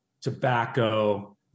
tobacco